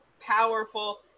powerful